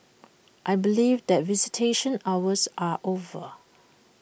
I believe that visitation hours are over